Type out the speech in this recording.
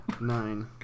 Nine